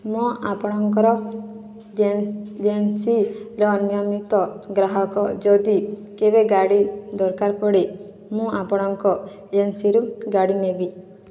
ମୁଁ ଆପଣଙ୍କର ଜେନ୍ ଜେନ୍ସିର ନିୟମିତ ଗ୍ରାହକ ଯଦି କେବେ ଗାଡ଼ି ଦରକାର ପଡ଼େ ମୁଁ ଆପଣଙ୍କ ଏଜେନ୍ସିରୁ ଗାଡ଼ି ନେବି